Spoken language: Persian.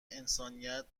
انسانیت